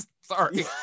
Sorry